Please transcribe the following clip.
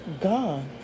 gone